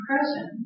present